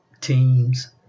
teams